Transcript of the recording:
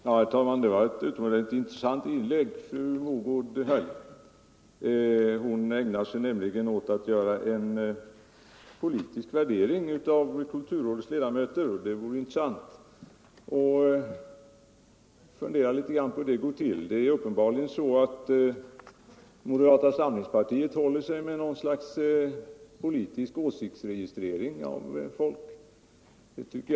Herr talman! Det var ett utomordentligt intressant inlägg fru Mogård gjorde. Hon ägnade sig nämligen åt att göra en politisk värdering av kulturrådets ledamöter, och det vore intressant att fundera litet på hur den kunnat göras. Moderata samlingspartiet tillämpar uppenbarligen något slags politisk åsiktsregistrering av folk.